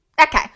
Okay